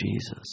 Jesus